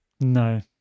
no